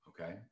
Okay